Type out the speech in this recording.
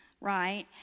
right